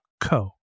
co